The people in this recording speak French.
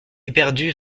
éperdus